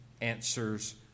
answers